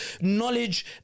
knowledge